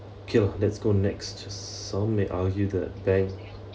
cool let's go next some may argue the bank